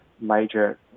major